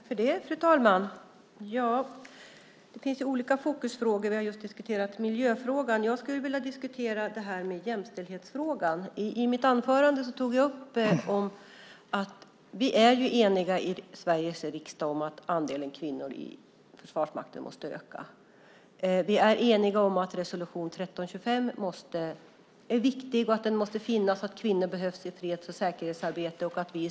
Fru talman! Det finns olika fokusfrågor. Vi har just diskuterar miljöfrågan. Jag skulle vilja diskutera jämställdhetsfrågan. I mitt anförande tog jag upp att vi är eniga i Sveriges riksdag om att andelen kvinnor i Försvarsmakten måste öka. Vi är eniga om att resolution 1325 är viktig och att den måste finnas, kvinnor behövs i freds och säkerhetsarbetet.